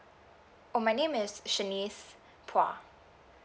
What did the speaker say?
oh my name is shanice phua